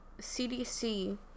CDC